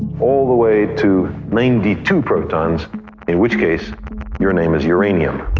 all the way to ninety two protons in which case your name is uranium.